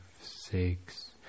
six